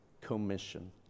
commission